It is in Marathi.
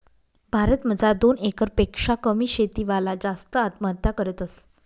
भारत मजार दोन एकर पेक्शा कमी शेती वाला जास्त आत्महत्या करतस